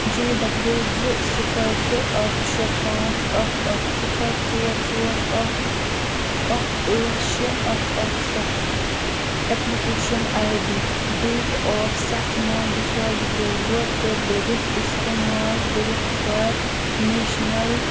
J W زٕ صفَر زٕ اَکھ شےٚ پانٛژھ اَکھ اَکھ صفَر ژور ژور اَکھ اَکھ ٲٹھ شےٚ اَکھ اَکھ سَتھ application I D date of سَتھ نَو زٕ ساس زُتووُہ تہٕ بٔرِتھ اِستعمال کٔرِتھ کَر نیشنَل